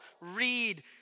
read